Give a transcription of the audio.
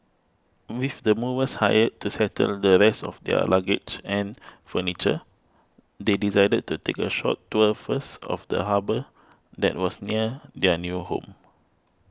with the movers hired to settle the rest of their luggage and furniture they decided to take a short tour first of the harbour that was near their new home